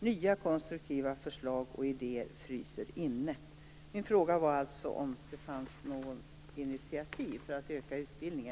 Nya konstruktiva förslag och idéer fryser inne.